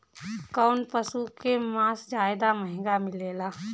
कौन पशु के मांस ज्यादा महंगा मिलेला?